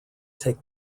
take